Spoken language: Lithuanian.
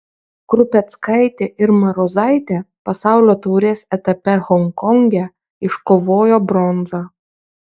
krupeckaitė ir marozaitė pasaulio taurės etape honkonge iškovojo bronzą